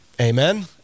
Amen